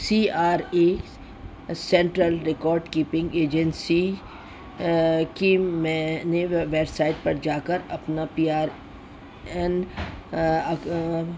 C R A central record keeping agency کی میں نے ویب سائٹ پر جا کر اپنا پی آر این